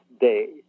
Days